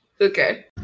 Okay